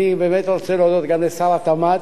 לוועדת השרים לחקיקה, בראשותו של השר נאמן,